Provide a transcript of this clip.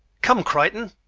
come, crichton.